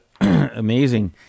amazing